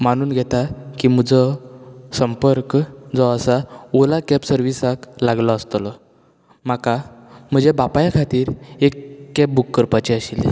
मानून घेता की म्हजो संपर्क जो आसा ओला कॅब सर्विसाक लागलो आसतलो म्हाका म्हजे बापाय खातीर एक कॅब बूक करपाची आशिल्ली